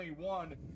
21